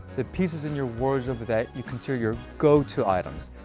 the pieces in your wardrobe that you consider your go-to items.